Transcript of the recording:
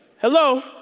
Hello